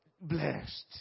blessed